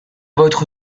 votre